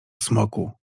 smoku